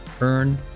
Earn